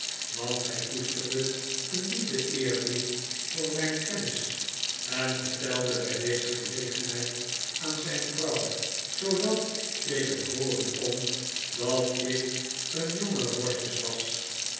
want hij koesterde een diepen eerbied voor mijn kennis en vertelde bij deze gelegenheid aan zijn vrouw zoodat ik het hooren kon dat ik een jonge rosjes was